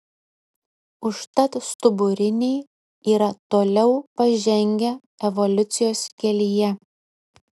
užtat stuburiniai yra toliau pažengę evoliucijos kelyje